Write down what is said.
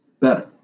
better